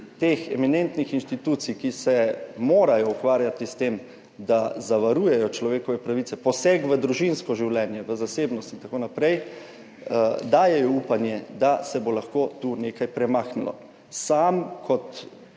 teh eminentnih inštitucij, ki se morajo ukvarjati s tem, da zavarujejo človekove pravice, poseg v družinsko življenje, v zasebnost in tako naprej, dajejo upanje, da se bo lahko tu nekaj premaknilo. Sam kot